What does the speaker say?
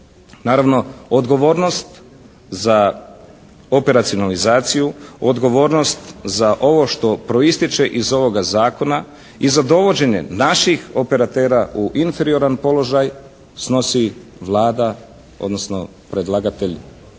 Naravno, odgovornost za operacionalizaciju, odgovornost za ovo što proističe iz ovoga zakona i za dovođenje naših operatera u inferioran položaj snosi Vlada odnosno predlagatelj,